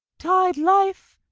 tide life,